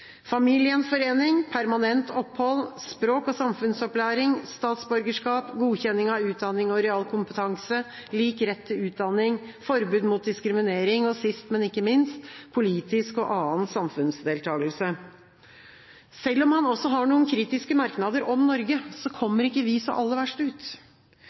familiegjenforening, permanent opphold, språk- og samfunnsopplæring, statsborgerskap, godkjenning av utdanning og realkompetanse, lik rett til utdanning, forbud mot diskriminering, og sist, men ikke minst politisk og annen samfunnsdeltagelse. Selv om han også har noen kritiske merknader om Norge, kommer ikke vi så aller verst ut.